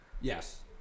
Yes